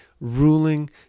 ruling